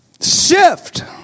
Shift